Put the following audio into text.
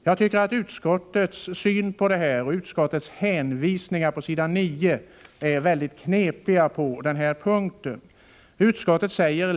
Jag tycker att de hänvisningar på den här punkten som utskottet gör på s. 9 är mycket knepiga.